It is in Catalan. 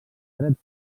dret